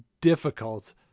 difficult